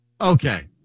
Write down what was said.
Okay